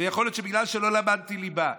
יכול להיות שבגלל שלא למדתי ליבה.